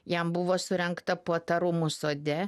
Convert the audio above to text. jam buvo surengta puota rūmų sode